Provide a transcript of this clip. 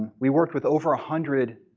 we worked with over a hundred